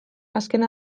azken